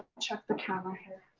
check the camera here.